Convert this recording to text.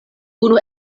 unu